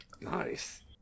Nice